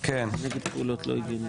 (פ/1583/25), של חבר הכנסת ישראל אייכלר.